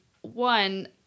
one